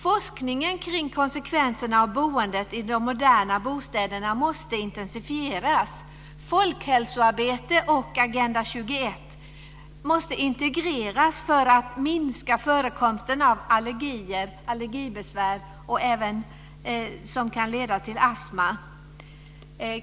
Forskningen kring konsekvenserna av boendet i de moderna bostäderna måste intensifieras. Folkhälsoarbete och Agenda 21 måste integreras för att minska förekomsten allergibesvär som kan leda till astma.